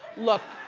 look,